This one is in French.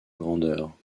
grandeur